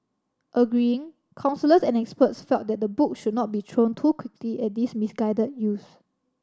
agreeing counsellors and experts felt that the book should not be thrown too quickly at these misguided youths